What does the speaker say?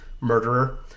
murderer